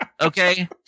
Okay